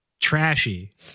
trashy